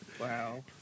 Wow